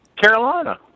Carolina